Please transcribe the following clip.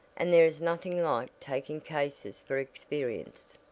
and there is nothing like taking cases for experience.